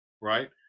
Right